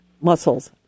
muscles